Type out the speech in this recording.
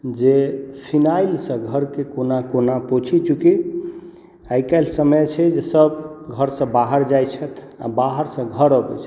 जे फिनाइलसँ घरके कोना कोना पोछी चुँकि आइ काल्हि समय छै जे सभ घरसँ बाहर जाइ छथि आओर बाहरसँ घर अबै छथि